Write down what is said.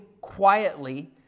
quietly